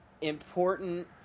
important